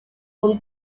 from